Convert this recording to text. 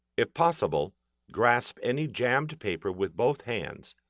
if possible grasp any jammed paper with both hands,